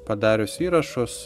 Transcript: padarius įrašus